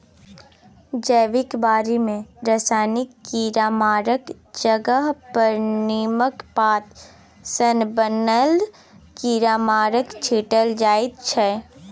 जैबिक बारी मे रासायनिक कीरामारक जगह पर नीमक पात सँ बनल कीरामार छीटल जाइ छै